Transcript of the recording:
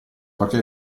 perché